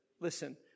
listen